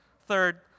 Third